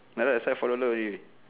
like that a set four dollar already